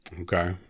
Okay